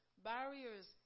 barriers